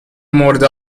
مورد